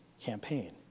campaign